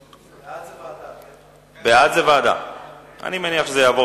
ההצעה להעביר את הנושא לוועדה לענייני ביקורת המדינה נתקבלה.